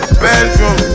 bedroom